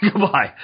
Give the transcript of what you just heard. Goodbye